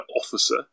officer